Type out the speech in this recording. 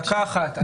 דקה אחת.